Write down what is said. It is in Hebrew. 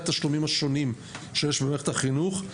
התשלומים השונים שיש במערכת החינוך,